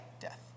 death